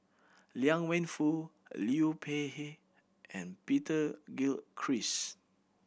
Liang Wenfu Liu Peihe and Peter Gilchrist